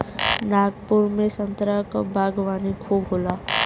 नागपुर में संतरा क बागवानी खूब होला